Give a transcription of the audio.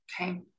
Okay